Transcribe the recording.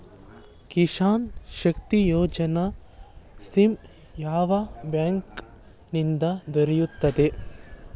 Kisan Shakti Yojana scheme ಯಾವ bank ನಿಂದ ದೊರೆಯುತ್ತದೆ?